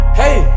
hey